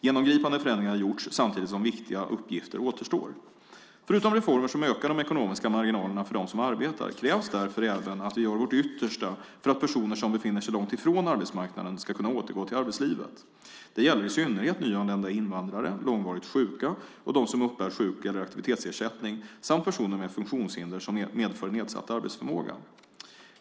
Genomgripande förändringar har gjorts, samtidigt som viktiga uppgifter återstår. Förutom reformer som ökar de ekonomiska marginalerna för dem som arbetar krävs därför även att vi gör vårt yttersta för att personer som befinner sig långt från arbetsmarknaden ska kunna återgå till arbetslivet. Detta gäller i synnerhet nyanlända invandrare, långvarigt sjuka och de som uppbär sjuk eller aktivitetsersättning samt personer med funktionshinder som medför nedsatt arbetsförmåga.